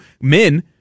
men